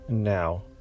Now